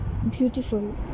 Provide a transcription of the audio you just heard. Beautiful